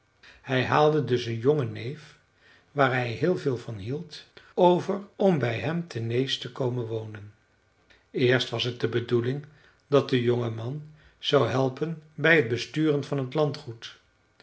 hij haalde dus een jongen neef waar hij heel veel van hield over om bij hem te nääs te komen wonen eerst was het de bedoeling dat de jonge man zou helpen bij het besturen van t